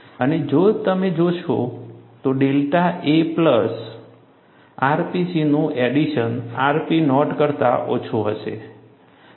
અને જો તમે જોશો તો ડેલ્ટા a પ્લસ rpc નું એડિશન rp નોટ કરતા ઓછું હશે